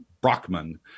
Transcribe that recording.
Brockman